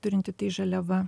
turinti tai žaliava